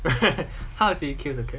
how is he killed